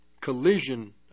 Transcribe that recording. collision